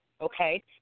okay